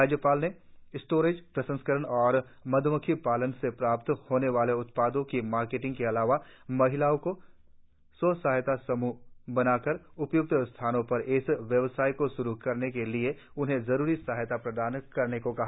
राज्यपाल ने स्टोरेज प्रसंस्करण और मध्मक्खी पालन से प्राप्त होने वाले उत्पादो की मार्केटिंग के अलावा महिलाओं को स्व सहायता सम्ह बनाकर उपय्क्त स्थानों पर इस व्यवसाय को श्रु करने के लिए उन्हें जरुरी सहायता प्रदान करने को कहा